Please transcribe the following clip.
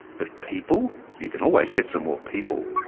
but people? you can always get some people.